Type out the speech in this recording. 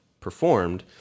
performed